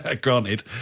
granted